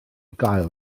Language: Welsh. gael